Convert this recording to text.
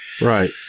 Right